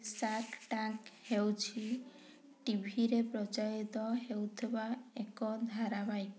SAARC Tank ହେଉଛି ଟିଭିରେ ପ୍ରଚାରିତ ହେଉଥିବା ଏକ ଧାରାବାହିକ